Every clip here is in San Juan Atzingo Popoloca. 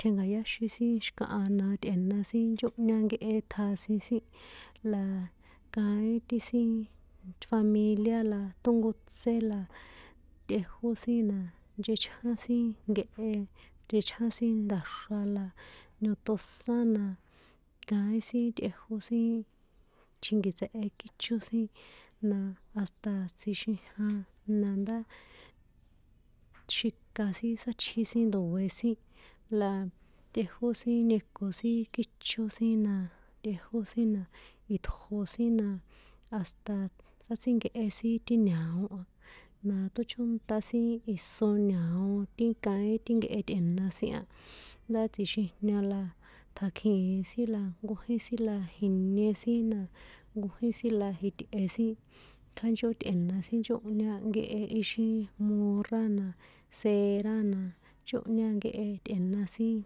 Tjenka̱yáxin xi̱kaha na tꞌe̱na sin nchónhña nkehe tjasin sin, laaa, kaín ti sin familia la tónkotsé la tꞌejó sin na nchechján nkehe tichjan sin nda̱xra la niotosán na, kaín sin tꞌejó sin tjinkitsehe kícho sin na hasta tsjixijnia na ndá xika sin sátji sin ndoe̱ sin, la tꞌejó sin nieko sin kícho sin na, tꞌejó sin na itjo sin na, hasta tsátsínkehe sin ti ña̱o a, na tóchónta sin iso ñao ti kain ti nkehe tꞌe̱na sin a, ndá tsjixijña la tjakjìn sin la nkojín sin la inie sin na, na nkojín la itꞌe sin, kjánchó tꞌe̱na sin nchónhña nkehe íxi morra na, sera na, nchonhña nkehe tꞌe̱na sin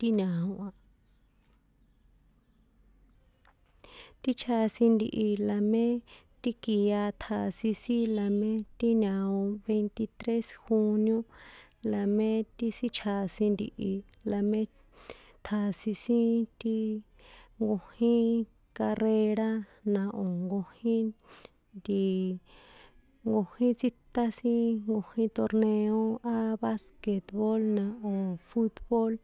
ti ña̱o a. Ti chjasin ntihi la mé ti kia tjasin sin la mé ti ña̱o 23 junio la mé ti sin chjasin ntihi la mé tjasin ti nkojín carrera, na o̱ nkojín nti- i, nkojín tsítán sin nkojín torneo á baske̱bool na o̱ futbool.